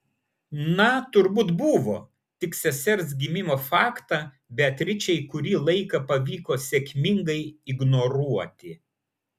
na turbūt buvo tik sesers gimimo faktą beatričei kurį laiką pavyko sėkmingai ignoruoti